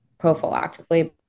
prophylactically